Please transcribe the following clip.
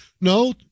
No